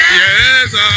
yes